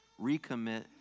Recommit